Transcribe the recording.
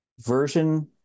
version